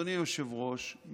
אדוני היושב-ראש,